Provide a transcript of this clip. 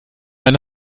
eine